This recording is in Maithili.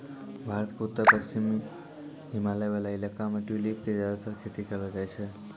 भारत के उत्तर पश्चिमी हिमालय वाला इलाका मॅ ट्यूलिप के ज्यादातर खेती करलो जाय छै